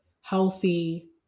healthy